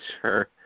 Sure